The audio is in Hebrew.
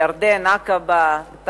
עקבה בירדן,